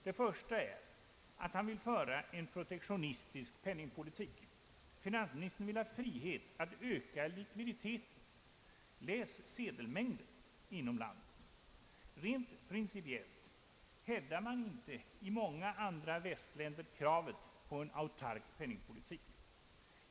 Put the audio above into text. Det första är att han vill föra en protektionistisk penningpolitik,. Finansministern vill ha frihet att öka likviditeten — läs sedelmängden — inom landet. Rent principiellt hävdar man inte i många andra västländer kravet på en autark penningpolitik.